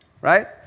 right